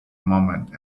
moment